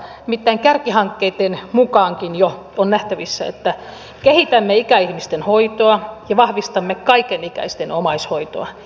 nimittäin kärkihankkeitten mukaankin jo on nähtävissä että kehitämme ikäihmisten hoitoa ja vahvistamme kaikenikäisten omaishoitoa